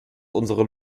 unsere